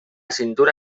cintura